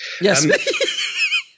Yes